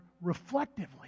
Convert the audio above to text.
reflectively